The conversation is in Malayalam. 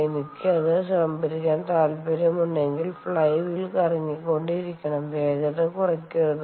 എനിക്ക് അത് സംഭരിക്കാൻ താൽപ്പര്യമുണ്ടെങ്കിൽ ഫ്ലൈ വീൽ കറങ്ങിക്കൊണ്ടിരിക്കണം വേഗത കുറയ്ക്കരുത്